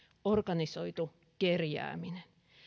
organisoitu kerjääminen